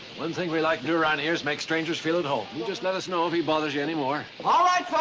one thing we like to do around here is make strangers feel at home. you just let us know if he bothers you any more. all right, folks.